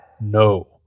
No